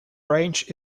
range